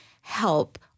help